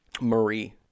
Marie